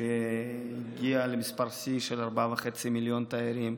שהגיע למספר שיא של 4.5 מיליון תיירים,